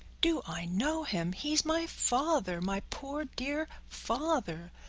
do i know him? he's my father, my poor, dear father!